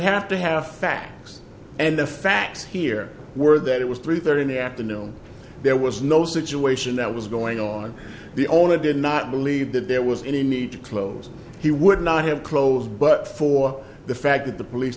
have to have facts and the facts here were that it was three thirty in the afternoon there was no situation that was going on the owner did not believe that there was any need to close he would not have closed but for the fact that the police